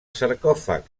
sarcòfag